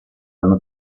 anno